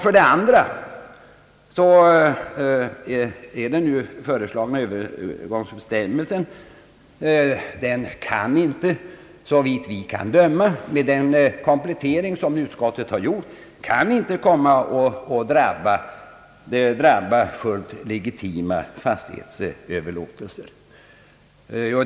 För det andra kan den föreslagna övergångsbestämmelsen såvitt vi kan bedöma, efter den komplettering som utskottet har gjort, inte komma att drabba fullt legitima fastighetsöverlåtelser.